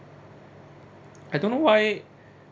I don't know why